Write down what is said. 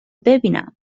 ببینم